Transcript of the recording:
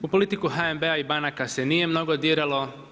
U politiku HNB-a i banaka se nije mnogo diralo.